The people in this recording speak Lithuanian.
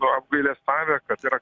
nu apgailestavę kad yra